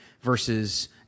versus